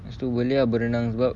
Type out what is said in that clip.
lepas tu boleh ah berenang sebab